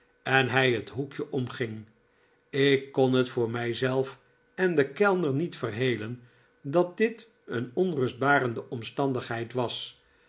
en hij het hoekje omging ik kon het voor mij zelf en den kellner niet verhelen dat dit een onrustbarende omstandigheid was